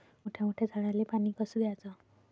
मोठ्या मोठ्या झाडांले पानी कस द्याचं?